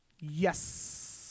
yes